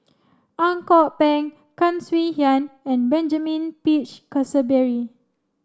Ang Kok Peng Tan Swie Hian and Benjamin Peach Keasberry